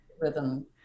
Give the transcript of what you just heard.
rhythm